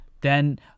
then-